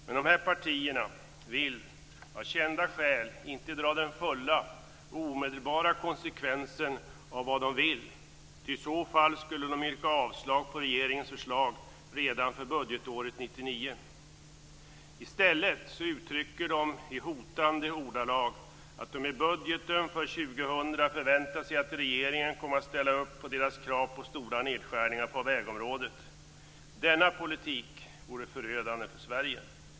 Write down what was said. Men dessa partier vill av kända skäl inte dra den fulla och omedelbara konsekvensen av vad de vill, ty i så fall skulle de yrka avslag på regeringens förslag redan för budgetåret 1999. I stället uttrycker de i hotande ordalag att de i budgeten för år 2000 förväntar sig att regeringen kommer att ställa upp på deras krav på stora nedskärningar på vägområdet. Denna politik vore förödande för Sverige.